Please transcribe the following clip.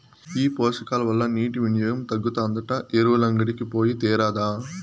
ఈ పోషకాల వల్ల నీటి వినియోగం తగ్గుతాదంట ఎరువులంగడికి పోయి తేరాదా